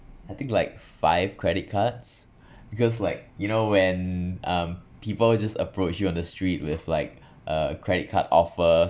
I think like five credit cards because like you know when um people just approach you on the street with like uh credit card offer